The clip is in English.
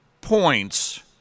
points